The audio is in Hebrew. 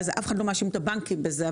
אף אחד לא מאשים את הבנקים בזה.